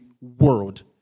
world